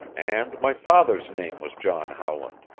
and my father's name was john howland.